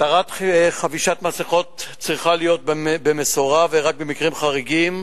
התרת חבישת מסכות צריכה להיות במשורה ורק במקרים חריגים,